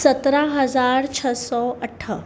सत्राहं हज़ार छह सौ अठ